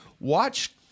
Watch